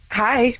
hi